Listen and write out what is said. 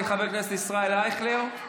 חבר הכנסת ישראל אייכלר,